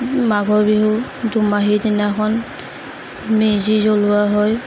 মাঘৰ বিহুৰ দোমাহীৰ দিনাখন মেজি জ্বলোৱা হয়